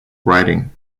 writing